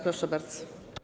Proszę bardzo.